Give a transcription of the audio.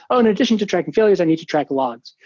ah in addition to tracking failures, i need to track logs.